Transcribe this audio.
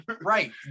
Right